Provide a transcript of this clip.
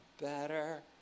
better